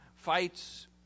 Fights